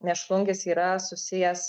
mėšlungis yra susijęs